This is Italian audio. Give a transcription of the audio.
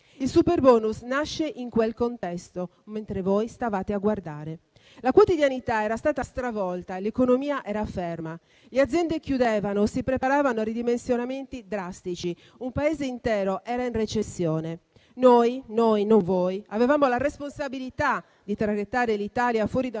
Il superbonus nasce in quel contesto, mentre voi stavate a guardare. La quotidianità era stata stravolta, l'economia era ferma, le aziende chiudevano e si preparavano a ridimensionamenti drastici. Un Paese intero era in recessione. Noi, non voi, avevamo la responsabilità di traghettare l'Italia fuori da